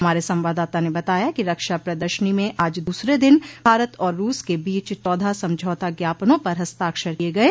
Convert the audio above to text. हमारे संवाददाता ने बताया कि रक्षा प्रदर्शनी में आज दूसरे दिन भारत और रूस के बीच चौदह समझौता ज्ञापनों पर हस्ताक्षर किये गये